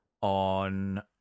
on